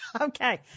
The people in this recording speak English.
okay